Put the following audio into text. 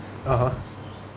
(uh huh)